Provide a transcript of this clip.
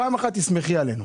פעם אחת תסמכי עלינו.